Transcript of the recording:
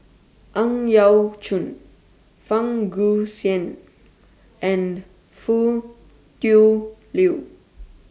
Ang Yau Choon Fang Guixiang and Foo Tui Liew